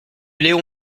léon